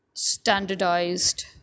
standardized